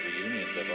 reunions